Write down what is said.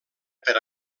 per